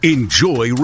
Enjoy